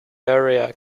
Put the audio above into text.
area